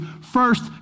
first